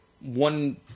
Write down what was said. One